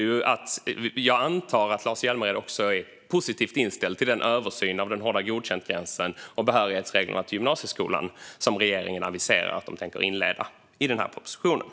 Jag antar att Lars Hjälmered också är positivt inställd till den översyn av den hårda godkäntgränsen och behörighetsreglerna till gymnasieskolan som regeringen i den här propositionen aviserar att man tänker inleda.